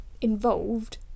involved